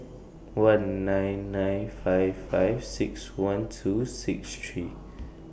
one nine nine five five six one two six three